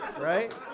right